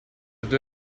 due